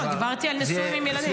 לא, דיברתי על נשואים עם ילדים.